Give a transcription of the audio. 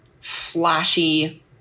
flashy